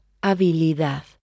habilidad